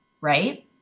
right